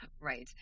right